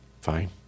Fine